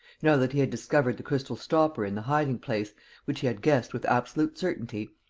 now that he had discovered the crystal stopper in the hiding-place which he had guessed with absolute certainty,